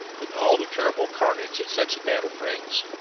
with all the terrible carnage that such a battle brings.